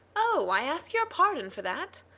oh, i ask your pardon for that.